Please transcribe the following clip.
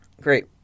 Great